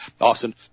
Austin